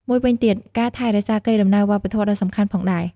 មួយវិញទៀតការថែរក្សាកេរដំណែលវប្បធម៌ក៏សំខាន់ផងដែរ។